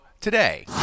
today